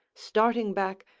starting back,